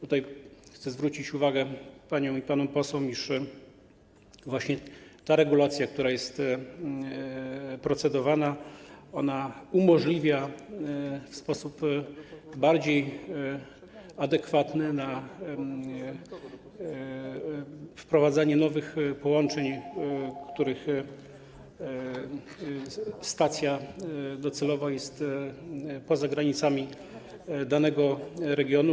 Tutaj chcę zwrócić uwagę pań i panów posłów, iż ta regulacja, która jest procedowana, umożliwia w sposób bardziej adekwatny wprowadzanie nowych połączeń, których stacja docelowa jest poza granicami danego regionu.